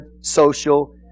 social